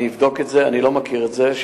אני אבדוק את זה, אני לא מכיר את זה.